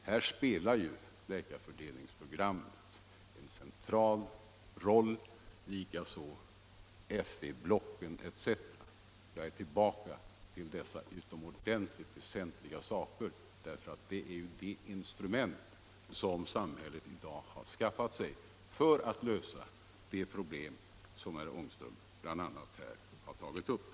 Här spelar läkarfördelningsprogrammet och FV-blocken en central roll. Jag kommer tillbaka till dessa utomordentligt väsentliga frågor eftersom det här gäller de instrument som samhället i dag har skaffat sig för att lösa de problem som herr Ångström har tagit upp.